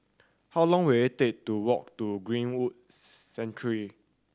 how long will it take to walk to Greenwood Sanctuary